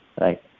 right